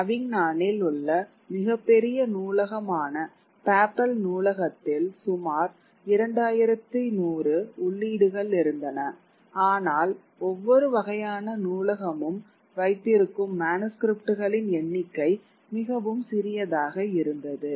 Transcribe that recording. அவிக்னானில் உள்ள மிகப் பெரிய நூலகமான பாப்பல் நூலகத்தில் சுமார் 2100 உள்ளீடுகள் இருந்தன ஆனால் ஒவ்வொரு வகையான நூலகமும் வைத்திருக்கும் மனுஸ்கிரிப்ட்களின் எண்ணிக்கை மிகவும் சிறியதாக இருந்தது